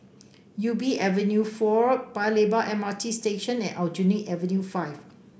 Ubi Avenue Four Paya Lebar M R T Station and Aljunied Avenue Five